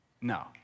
No